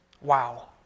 Wow